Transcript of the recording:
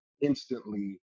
instantly